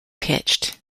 pitched